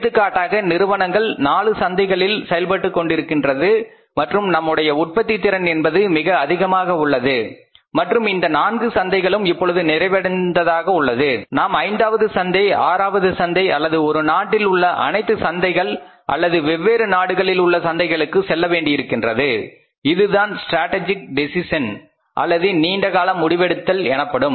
எடுத்துக்காட்டாக நிறுவனங்கள் 4 சந்தைகளில் செயல்பட்டுக் கொண்டிருக்கின்றது மற்றும் நம்முடைய உற்பத்தி திறன் என்பது மிக அதிகமாக உள்ளது மற்றும் இந்த நான்கு சந்தைகளும் இப்பொழுது நிறைவடைந்ததாக உள்ளது நாம் ஐந்தாவது சந்தை ஆறாவது சந்தை அல்லது ஒரு நாட்டில் உள்ள அனைத்து சந்தைகள் அல்லது வெவ்வேறு நாடுகளில் உள்ள சந்தைகளுக்கு செல்ல வேண்டியிருக்கின்றது அதுதான் ஸ்ட்ராட்டஜிக் டெசிஷன் அல்லது நீண்டகால முடிவெடுத்தல் எனப்படும்